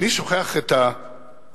איני שוכח את הדלק,